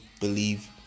believe